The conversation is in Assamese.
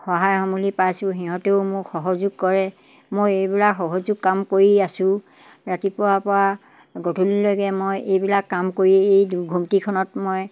সহায় সমুলি পাইছোঁ সিহঁতেও মোক সহযোগ কৰে মই এইবিলাক সহযোগ কাম কৰি আছোঁ ৰাতিপুৱাৰপৰা গধূলিলৈকে মই এইবিলাক কাম কৰি এই ঘুমটিখনত মই